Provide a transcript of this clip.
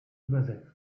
übersetzt